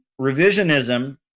revisionism